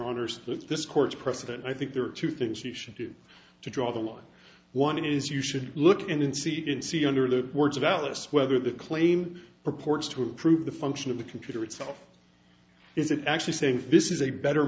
with this court's precedent i think there are two things you should do to draw the line one is you should look and see in see under the words of alice whether the claim purports to improve the function of the computer itself is it actually saying this is a better